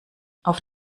auf